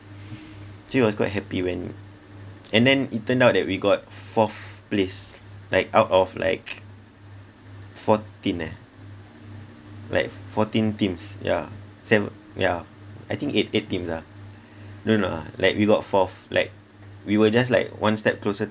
actually I was quite happy when and then it turned out that we got fourth place like out of like fourteen ah like fourteen teams yeah sev~ yeah I think eight eight teams ah don't know ah like we got fourth like we were just like one step closer